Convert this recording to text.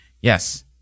Yes